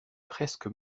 presque